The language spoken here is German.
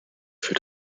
für